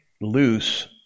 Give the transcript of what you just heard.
loose